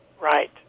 right